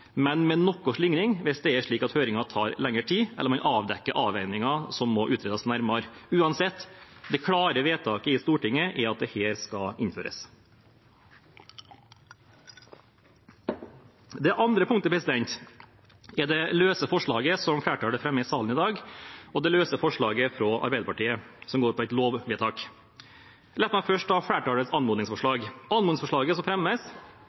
men med noe slingring hvis høringen tar lengre tid, eller man avdekker avveininger som må utredes nærmere. Uansett er det klare vedtaket i Stortinget at dette skal innføres. Det andre punktet er det løse forslaget som flertallet fremmer i salen i dag, og det løse forslaget fra Arbeiderpartiet, som går på et lovvedtak. La meg først ta flertallets anmodningsforslag. Anmodningsforslaget som fremmes,